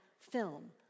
film